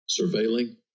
surveilling